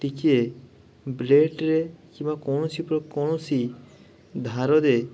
ଟିକିଏ ବ୍ଲେଡ଼୍ରେ କିମ୍ବା କୌଣସି କୌଣସି ଧାରରେ